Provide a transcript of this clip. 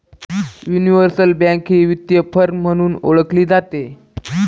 universal bank ही वित्तीय firm म्हणूनही ओळखली जाते